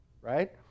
right